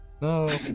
No